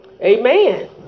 Amen